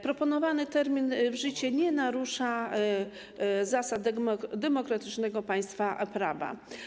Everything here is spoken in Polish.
Proponowany termin wejścia w życie nie narusza zasad demokratycznego państwa prawa.